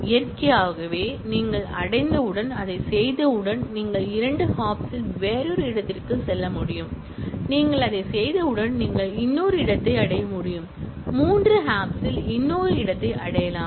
இயற்கையாகவே நீங்கள் அடைந்தவுடன் அதைச் செய்தவுடன் நீங்கள் இரண்டு ஹாப்ஸில் வேறொரு இடத்திற்குச் செல்ல முடியும் நீங்கள் அதைச் செய்தவுடன் நீங்கள் இன்னொரு இடத்தை அடைய முடியும் மூன்று ஹாப்ஸில் இன்னொரு இடத்தை அடையலாம்